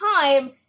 time